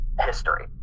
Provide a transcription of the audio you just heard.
history